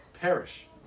perish